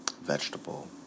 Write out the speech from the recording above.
vegetable